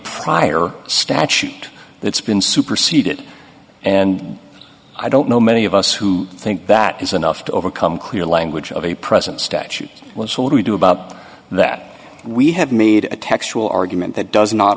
prior statute that's been superseded and i don't know many of us who think that is enough to overcome clear language of the present statute was told to do about that we have made a textual argument that does not